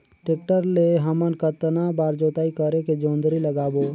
Tractor ले हमन कतना बार जोताई करेके जोंदरी लगाबो?